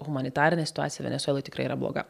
humanitarinė situacija venesueloj tikrai yra bloga